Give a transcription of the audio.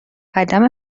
عدم